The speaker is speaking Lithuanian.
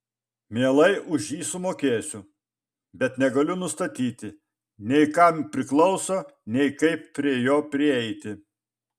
mielai už jį sumokėsiu bet negaliu nustatyti nei kam priklauso nei kaip prie jo prieiti